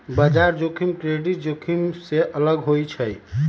बजार जोखिम क्रेडिट जोखिम से अलग होइ छइ